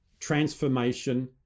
transformation